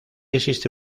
existe